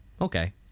okay